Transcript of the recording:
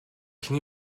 can